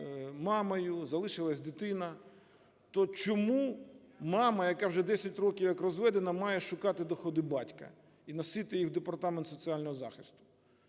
мамою, залишилася дитина, то чому мама, яка вже 10 років, як розведена, має шукати доходи батька і носити їх в Департамент соціального захисту?